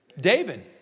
David